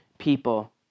people